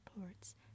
ports